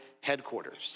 headquarters